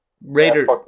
Raiders